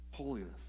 holiness